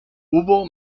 hubo